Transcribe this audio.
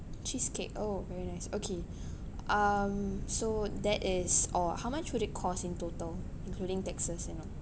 cheesecake oh very nice okay um so that is all ah how much would it cost in total including taxes and all